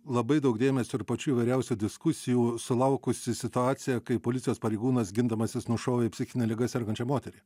labai daug dėmesio ir pačių įvairiausių diskusijų sulaukusi situacija kai policijos pareigūnas gindamasis nušovė psichine liga sergančią moterį